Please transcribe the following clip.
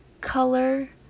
color